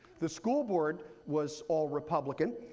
the school board was all republican.